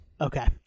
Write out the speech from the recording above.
okay